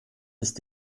ist